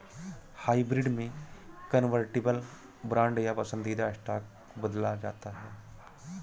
hybrid में convertible bond या पसंदीदा स्टॉक को बदला जाता है